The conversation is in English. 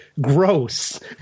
gross